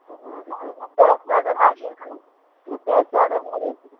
ம் ம் நான் உங்கள் பேர் சொல்லுற மாதிரி இருக்கணும் உங்கள் பேர் சொல்றமாதிரி இருக்கணும்